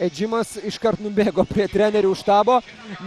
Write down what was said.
edžimas iškart nubėgo prie trenerių štabo